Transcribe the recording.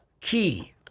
key